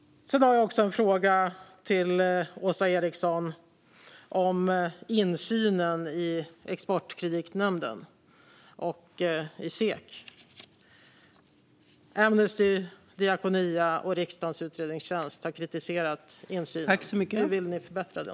Jag har också en fråga till Åsa Eriksson om insynen i Exportkreditnämnden och SEK. Amnesty, Diakonia och riksdagens utredningstjänst har kritiserat insynen. Hur vill ni förbättra den?